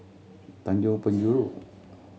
Tanjong Penjuru